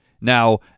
Now